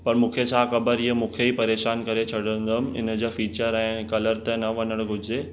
पर मूंखे छा ख़बर हीअं मूंखे ई परेशान करे छॾंदुमि ईन जा फ़ीचर ऐं कलर ते न वञणु घुरिजे